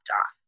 off